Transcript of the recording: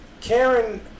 karen